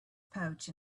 pouch